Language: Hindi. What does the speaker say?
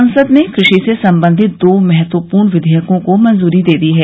संसद ने कृषि से संबंधित दो महत्वपूर्ण विधेयकों को मंजूरी दे दी है